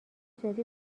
زیادی